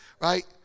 right